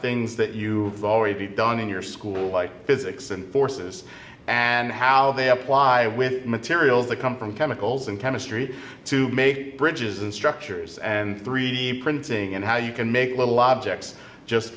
things that you've already done in your school like physics and forces and how they apply with materials that come from chemicals and chemistry to make bridges and structures and three d printing and how you can make little objects just